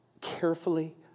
carefully